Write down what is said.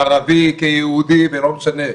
ערבי כיהודי, ולא משנה.